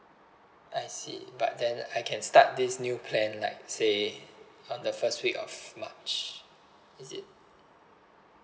I see but then I can start this new plan like say on the first week of march is it